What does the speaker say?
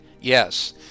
Yes